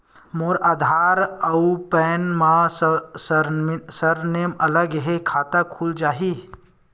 मोर आधार आऊ पैन मा सरनेम अलग हे खाता खुल जहीं?